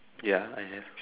ya I have